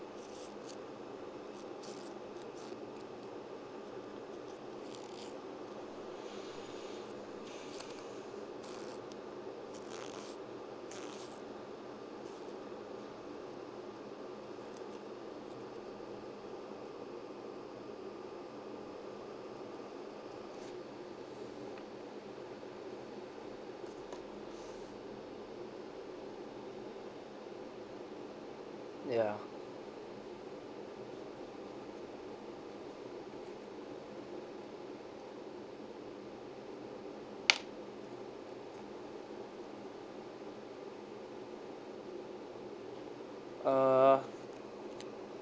ya uh